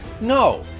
No